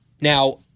Now